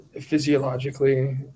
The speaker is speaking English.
physiologically